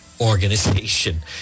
organization